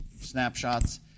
snapshots